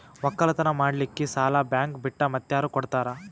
ಒಕ್ಕಲತನ ಮಾಡಲಿಕ್ಕಿ ಸಾಲಾ ಬ್ಯಾಂಕ ಬಿಟ್ಟ ಮಾತ್ಯಾರ ಕೊಡತಾರ?